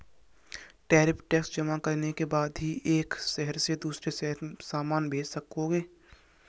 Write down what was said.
tariff tax जमा करने के बाद ही एक शहर से दूसरे शहर सामान भेज सकोगे